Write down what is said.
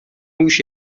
هوش